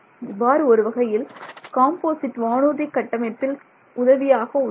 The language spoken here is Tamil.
இவ்வாறு ஒரு வகையில் காம்போசிட் வானூர்தி கட்டமைப்பில் உதவியாக உள்ளது